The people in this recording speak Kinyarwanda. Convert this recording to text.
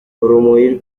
urumuri